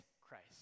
Christ